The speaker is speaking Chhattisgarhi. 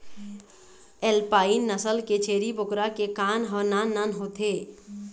एल्पाइन नसल के छेरी बोकरा के कान ह नान नान होथे